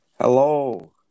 Hello